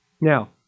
now